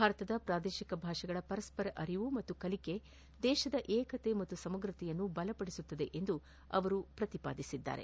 ಭಾರತದ ಪ್ರಾದೇಶಿಕ ಭಾಷೆಗಳ ಪರಸ್ಪರ ಅರಿವು ಮತ್ತು ಕಲಿಕೆ ದೇಶದ ವಿಕತೆ ಮತ್ತು ಸಮಗ್ರತೆಯನ್ನು ಬಲಪಡಿಸುತ್ತದೆ ಎಂದು ಅವರು ಪ್ರತಿಪಾದಿಸಿದ್ದಾರೆ